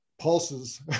pulses